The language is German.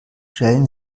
stellen